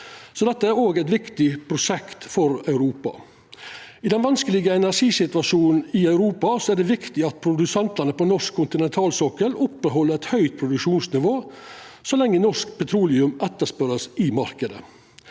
dette er også eit viktig prosjekt for Europa. I den vanskelege energisituasjonen i Europa er det viktig at produsentane på norsk kontinentalsokkel opprettheld eit høgt produksjonsnivå, så lenge norsk petroleum er etterspurd i marknaden.